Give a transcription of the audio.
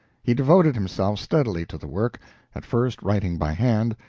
he devoted himself steadily to the work at first writing by hand,